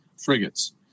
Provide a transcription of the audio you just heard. frigates